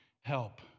help